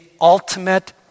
ultimate